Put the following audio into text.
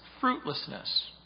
fruitlessness